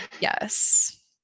Yes